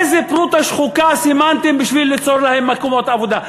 איזה פרוטה שחוקה סימנתם בשביל ליצור להן מקומות עבודה?